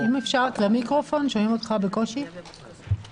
אני מנסה למצוא את הפתרונות במינימום פגיעה.